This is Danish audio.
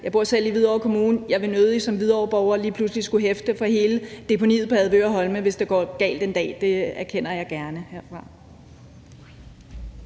Jeg bor selv i Hvidovre Kommune, og jeg vil som Hvidovreborger nødig lige pludselig skulle hæfte for hele deponiet på Avedøre Holme, hvis det en dag går galt. Det erkender jeg gerne.